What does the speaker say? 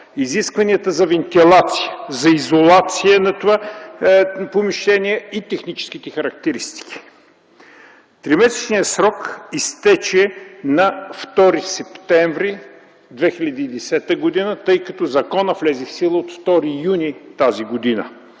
изискванията за вентилация, за изолация на това помещение и техническите характеристики. Тримесечният срок изтече на 2 септември 2010 г., тъй като законът влезе в сила от 2 юни т.г.